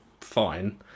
fine